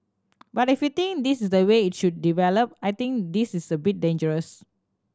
but if you think this is the way it should develop I think this is a bit dangerous